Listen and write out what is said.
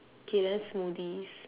K then smoothies